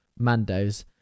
Mandos